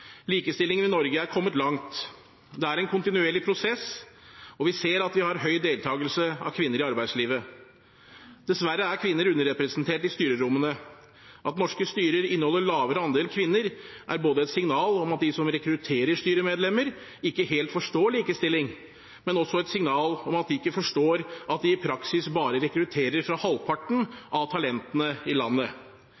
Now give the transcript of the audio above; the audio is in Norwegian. Likestillingen i Norge er kommet langt. Det er en kontinuerlig prosess. Vi ser at vi har høy deltakelse av kvinner i arbeidslivet. Dessverre er kvinner underrepresentert i styrerommene. At norske styrer inneholder lavere andel kvinner, er et signal om at de som rekrutterer styremedlemmer, ikke helt forstår likestilling, men også et signal om at de ikke forstår at de i praksis bare rekrutterer fra halvparten